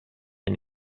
and